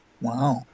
Wow